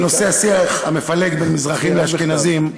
בנושא השיח המפלג בין מזרחים לאשכנזים,